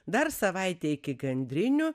dar savaitei iki gandrinių